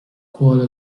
کوالا